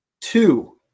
two